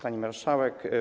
Pani Marszałek!